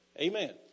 Amen